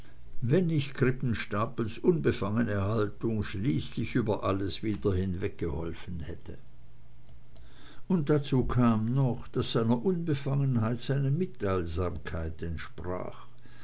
wenn nicht krippenstapels unbefangene haltung schließlich über alles wieder hinweggeholfen hätte dazu kam noch daß seiner unbefangenheit seine mitteilsamkeit entsprach